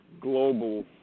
global